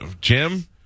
Jim